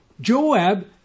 Joab